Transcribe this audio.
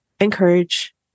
encourage